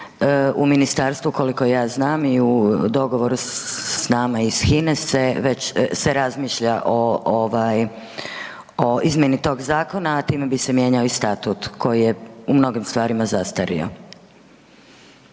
u ministarstvu koliko ja znam i u dogovoru s nama iz HINA-e se razmišlja o izmjeni tog zakona, a time bi se mijenjao i statut koji je u mnogim stvarima zastario.